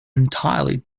entirely